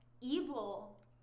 evil